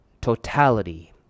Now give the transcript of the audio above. totality